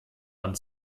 man